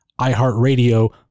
iHeartRadio